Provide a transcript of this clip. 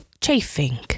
Chafing